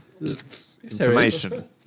Information